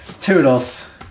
Toodles